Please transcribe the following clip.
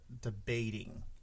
debating